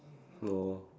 oh